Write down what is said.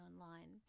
online